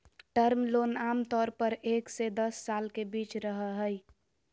term loan आमतौर पर एक से दस साल के बीच रहय हइ